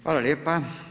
Hvala lijepa.